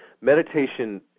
Meditation